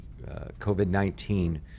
COVID-19